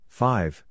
five